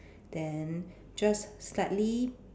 then just slightly